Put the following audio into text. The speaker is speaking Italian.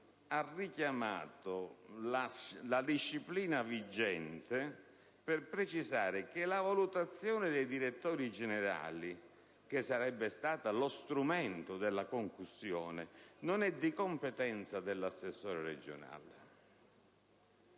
ha richiamato la disciplina vigente per precisare che la valutazione dei direttori generali - che sarebbe stata lo strumento della concussione - non è di competenza dell'assessore regionale.